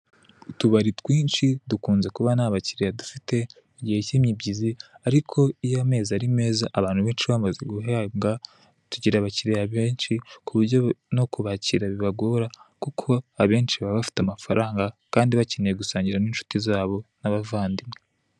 Utubari twinshi tukunzwe kuba nta bakiriya dufite mugihe cy'imibyizi, ariko iyo amezi ari meza, abantu benshi bamaze guhembwa, tugira abakiriya benshi ku buryo no kubakira bibagora, kuko abenshi baba bfite amafaranga, kandi bakeneye gusangira n'inshuti zabo, n'abavandimwe.